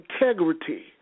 integrity